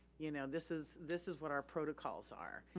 you know this is this is what our protocols are.